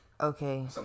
Okay